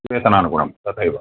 वेतनानुगुणं तथैव